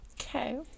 Okay